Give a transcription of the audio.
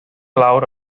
lawr